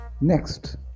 next